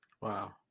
Wow